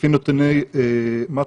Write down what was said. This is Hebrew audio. לפי נתוני מתפ"ש,